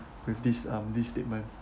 with this um this statement